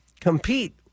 compete